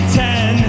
ten